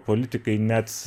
politikai net